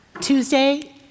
Tuesday